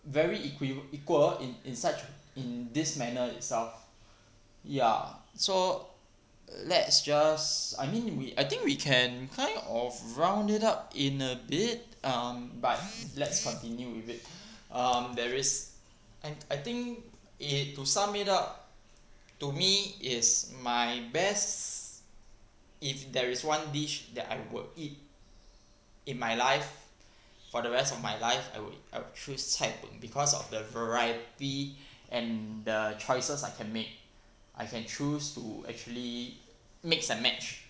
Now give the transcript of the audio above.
very equiv~ equal in in such in this manner itself ya so let's just I mean we I think we can kind of round it up in a bit um but let's continue with it um there is and I think eh to sum it up to me is my best if there is one dish that I will eat in my life for the rest of my life I would I will choose cai png because of the variety and the choices I can make I can choose to actually mix and match